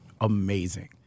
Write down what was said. amazing